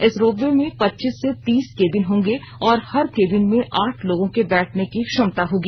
इस रोपवे में पच्चीस से तीस केबिन होंगे और हर केबिन में आठ लोगों के बैठने की क्षमता होगी